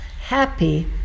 Happy